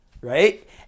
right